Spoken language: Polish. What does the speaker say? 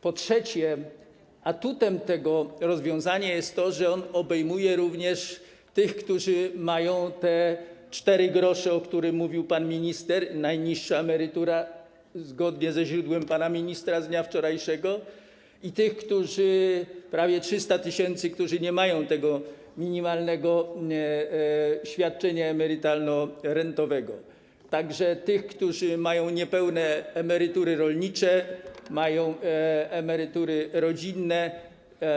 Po trzecie, atutem tego rozwiązania jest to, że ono obejmuje również tych, którzy mają te 4 gr, o których mówił pan minister, najniższą emeryturę, zgodnie ze źródłem pana ministra z dnia wczorajszego, i tych - prawie 300 tys. - którzy nie mają tego minimalnego świadczenia emerytalno-rentowego, a także tych, którzy mają niepełne emerytury rolnicze, mają emerytury rodzinne,